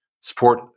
Support